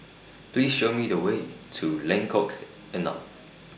Please Show Me The Way to Lengkok Enam